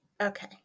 Okay